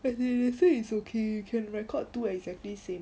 the~ they say is okay can record two exactly same